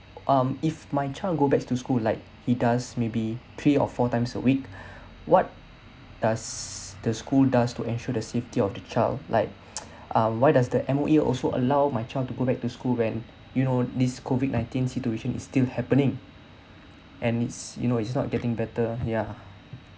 um if my child goes back to school like he does maybe three or four times a week what does the school does to ensure the safety of the child like uh why does the M_O_E also allow my child to go back to school when you know this COVID nineteen situation is still happening and it's you know it's not getting better ya